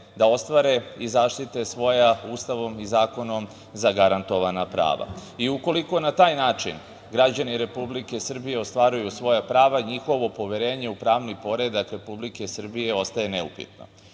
da ostvare i zaštite svoja Ustavom i zakonom zagarantovana prava. I ukoliko na taj način građani Republike Srbije ostvaruju svoja prava, njihovo poverenje u pravni poredak Republike Srbije ostaje neupitan. Mi